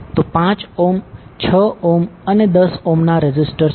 તો 15 ohm 6 ohm અને 10 ohm ના રેઝિસ્ટર છે